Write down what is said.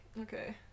Okay